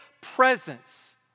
presence